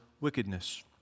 wickedness